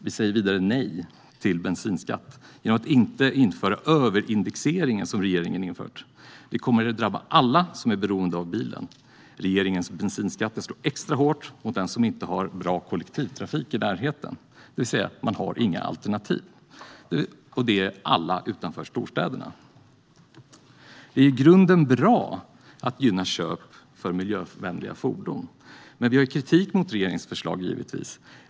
Vi säger vidare nej till bensinskatt genom att avstå från den överindexering som regeringen infört. Den kommer att drabba alla som är beroende av bilen. Regeringens bensinskatter slår extra hårt mot dem som inte har bra kollektivtrafik i närheten och alltså inte har några alternativ, det vill säga alla utanför storstäderna. Det är i grunden bra att gynna köp av miljövänliga fordon, men vi har givetvis kritik mot regeringens förslag.